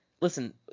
listen